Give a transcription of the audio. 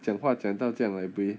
讲话讲到这样 like buay